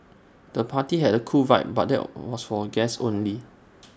the party had A cool vibe but there was for guests only